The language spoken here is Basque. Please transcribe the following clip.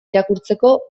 irakurtzeko